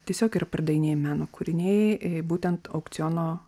tiesiog yra pardavinėjami meno kūriniai būtent aukciono